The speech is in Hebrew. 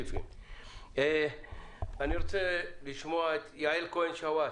אני רוצה לשמוע את יעל כהן שאואט,